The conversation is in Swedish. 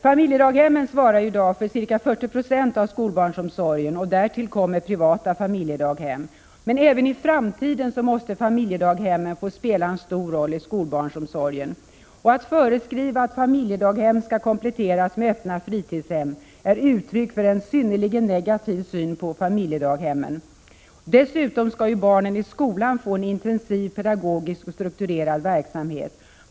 Familjedaghemmen svarar i dag för ca 40 26 av skolbarnsomsorgen. Därtill kommer privata familjedaghem. Även i framtiden måste familjedaghemmen få spela en stor roll i skolbarnsomsorgen. Att föreskriva att familjedaghemmen skall kompletteras med öppna fritidshem är ett uttryck för en synnerligen negativ syn på familjedaghemmen. Dessutom skall ju barnen i skolan få en intensiv pedagogisk och strukturerad verksamhet.